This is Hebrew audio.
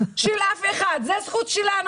זאת זכות שלנו,